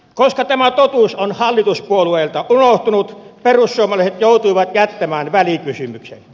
koska tämä totuus on hallituspuolueilta unohtunut perussuomalaiset joutuivat jättämään välikysymyksen